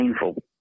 painful